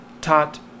Tat